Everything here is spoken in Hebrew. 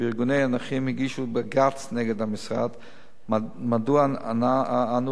וארגוני הנכים הגישו בג"ץ נגד המשרד מדוע אנו